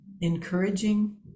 encouraging